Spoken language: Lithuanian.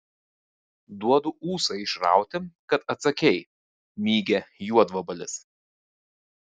duodu ūsą išrauti kad atsakei mygia juodvabalis